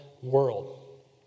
world